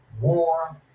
war